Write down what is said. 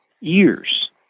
years